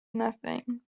nothing